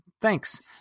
Thanks